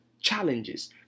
challenges